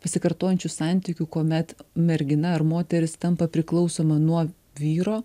pasikartojančių santykių kuomet mergina ar moteris tampa priklausoma nuo vyro